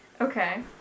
Okay